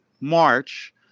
March